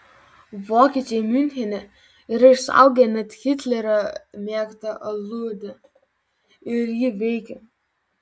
vokiečiai miunchene yra išsaugoję net hitlerio mėgtą aludę ir ji veikia